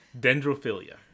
Dendrophilia